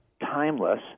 timeless